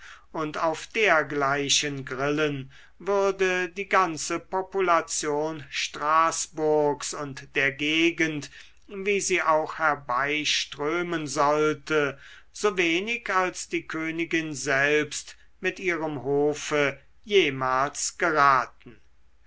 und auf dergleichen grillen würde die ganze population straßburgs und der gegend wie sie auch herbeiströmen sollte so wenig als die königin selbst mit ihrem hofe jemals geraten